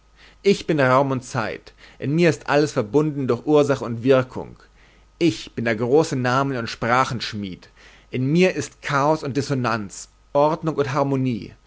ich bin raum und zeit in mir ist alles verbunden durch ursache und wirkung ich bin der große namen und sprachenschmied in mir ist chaos und dissonanz ordnung und harmonie